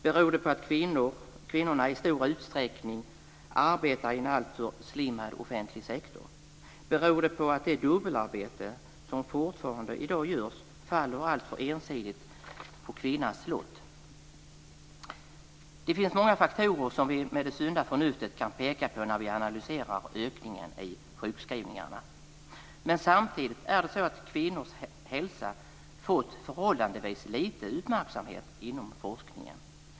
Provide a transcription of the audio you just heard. Beror det på att kvinnorna i stor utsträckning arbetar i en alltför slimmad offentlig sektor? Beror det på att det dubbelarbete som fortfarande i dag görs faller alltför ensidigt på kvinnans lott? Det finns många faktorer som vi med det sunda förnuftet kan peka på när vi analyserar ökningen av sjukskrivningarna. Men samtidigt är det så att kvinnors hälsa fått förhållandevis lite uppmärksamhet inom forskningen.